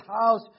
house